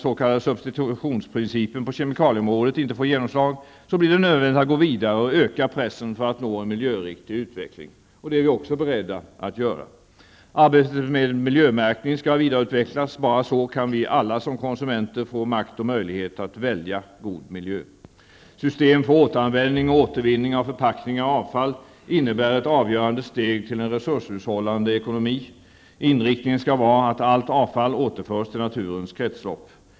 substitutionsprincipen på kemikalieområdet inte får genomslag, blir det nödvändigt att gå vidare och öka pressen för att nå en miljöriktig utveckling. Det är vi också beredda att göra. Arbetet med miljömärkning skall vidareutvecklas -- bara så kan vi alla som konsumenter få makt och möjlighet att välja god miljö. System för återanvändning och återvinning av förpackningar och avfall innebär ett avgörande steg till en resurshushållande ekonomi. Inriktningen skall vara att allt avfall återförs till naturens kretslopp.